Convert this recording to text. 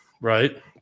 right